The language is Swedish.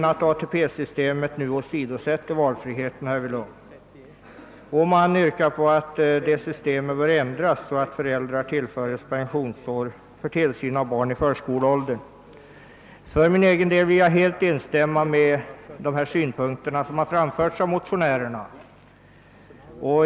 ATP-systemet åsidosätter nu valfriheten härvidlag. Detta system bör, enligt motionärerna, därför ändras så att förälder tillföres pensionsår för tillsyn av barn i förskoleåldern. För min egen del vill jag helt instämma i de synpunkter som framförts av motionärerna.